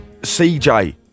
CJ